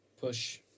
push